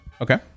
Okay